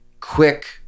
quick